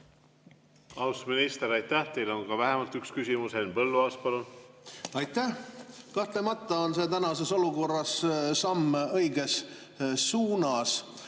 minister, aitäh! Teile on ka vähemalt üks küsimus. Henn Põlluaas, palun! Aitäh! Kahtlemata on see tänases olukorras samm õiges suunas.